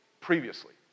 previously